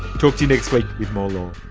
talk to you next week with more law